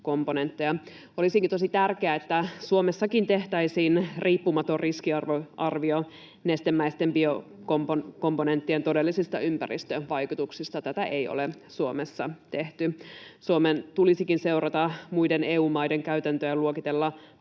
komponentteja. Olisikin tosi tärkeää, että Suomessakin tehtäisiin riippumaton riskiarvio nestemäisten biokomponenttien todellisista ympäristövaikutuksista. Tätä ei ole Suomessa tehty. Suomen tulisikin seurata muiden EU-maiden käytäntöä luokitella